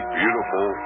beautiful